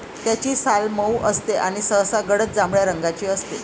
त्याची साल मऊ असते आणि सहसा गडद जांभळ्या रंगाची असते